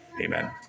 Amen